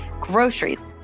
Groceries